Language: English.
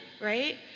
right